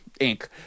Inc